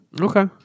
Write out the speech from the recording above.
Okay